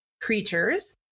creatures